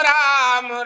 Ram